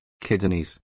kidneys